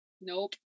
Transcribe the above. nope